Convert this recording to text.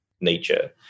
nature